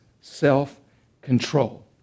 self-control